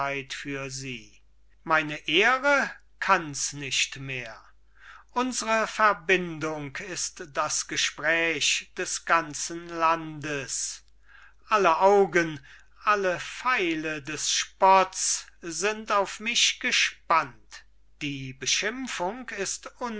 für sie meine ehre kann's nicht mehr unsre verbindung ist das gespräch des ganzen landes alle augen alle pfeile des spotts sind auf mich gespannt die beschimpfung ist